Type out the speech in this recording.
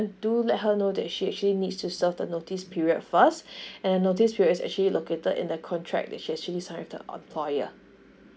do let her know that she actually needs to serve the notice period first and the notice period is actually located in the contract that she actually sign with the employer